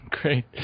Great